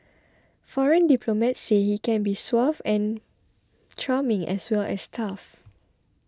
foreign diplomats say he can be suave and charming as well as tough